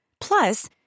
Plus